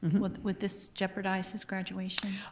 would would this jeopardize his graduation?